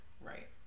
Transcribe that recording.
right